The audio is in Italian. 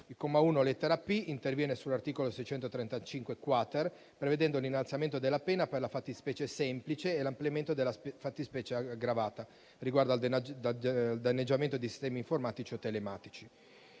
Il comma 1, lettera *p)*, interviene sull'articolo 635-*quater* prevedendo un innalzamento della pena per la fattispecie semplice e l'ampliamento della fattispecie aggravata riguardo al danneggiamento di sistemi informatici o telematici.